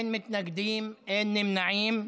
תצביעו.